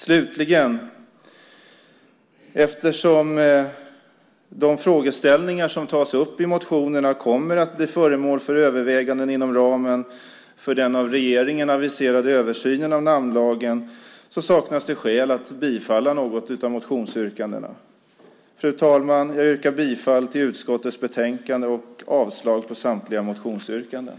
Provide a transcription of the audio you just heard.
Slutligen: Eftersom de frågeställningar som tas upp i motionerna kommer att bli föremål för överväganden inom ramen för den av regeringen aviserade översynen av namnlagen saknas skäl att bifalla något av motionsyrkandena. Fru talman! Jag yrkar bifall till förslaget i utskottets betänkande och avslag på samtliga motionsyrkanden.